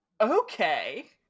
okay